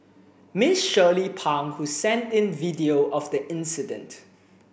Miss Shirley Pang who sent in video of the incident